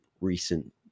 recent